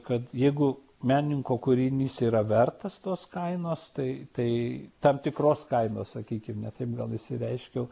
kad jeigu menininko kūrinys yra vertas tos kainos tai tai tam tikros kainos sakykim ne taip gal išsireiškiau